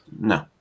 No